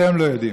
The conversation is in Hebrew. אתם לא יודעים.